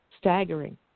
staggering